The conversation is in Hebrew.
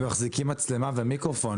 הם מחזיקים מצלמה ומיקרופון,